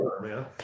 man